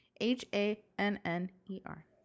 H-A-N-N-E-R